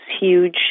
huge